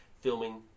filming